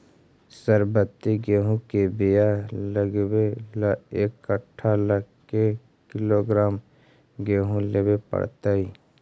सरबति गेहूँ के बियाह लगबे ल एक कट्ठा ल के किलोग्राम गेहूं लेबे पड़तै?